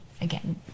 again